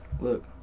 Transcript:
Look